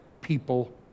people